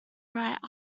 right